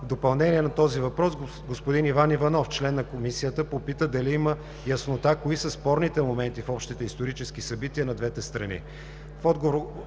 В допълнение на този въпрос господин Иван Иванов – член на КЕВКЕФ, попита дали има яснота кои са спорните моменти в общите исторически събития на двете страни.